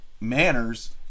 manners